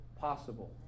possible